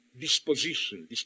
disposition